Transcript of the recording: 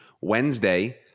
Wednesday